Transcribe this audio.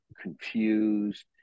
confused